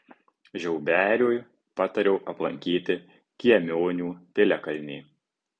žiauberiui patariau aplankyti kiemionių piliakalnį